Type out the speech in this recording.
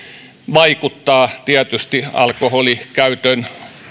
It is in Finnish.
vaikuttaa tietysti alkoholin käytön